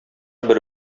бер